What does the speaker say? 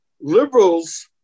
Liberals